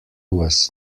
was